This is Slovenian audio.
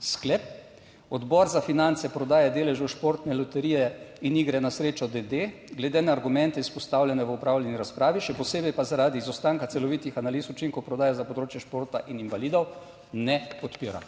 sklep. Odbor za finance prodaje deležev Športne loterije in igre na srečo D.D. glede na argumente izpostavljene v opravljeni razpravi, še posebej pa zaradi izostanka celovitih analiz učinkov prodaje za področje športa in invalidov ne podpira.